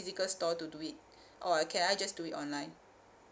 physical store to do it or I can I just do it online